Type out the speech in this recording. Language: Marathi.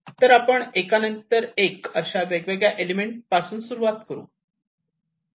तर आपण एकानंतर एक अशा वेगवेगळ्या इलेमेंट पासून सुरू करू